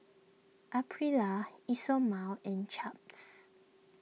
Aprilia Isomil and Chaps